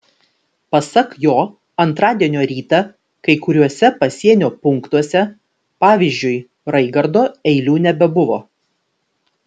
pasak jo antradienio rytą kai kuriuose pasienio punktuose pavyzdžiui raigardo eilių nebebuvo